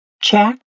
Jack